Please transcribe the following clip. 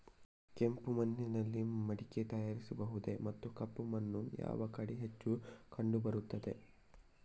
ಕೆಂಪು ಮಣ್ಣಿನಲ್ಲಿ ಮಡಿಕೆ ತಯಾರಿಸಬಹುದೇ ಮತ್ತು ಕಪ್ಪು ಮಣ್ಣು ಯಾವ ಕಡೆ ಹೆಚ್ಚು ಕಂಡುಬರುತ್ತದೆ?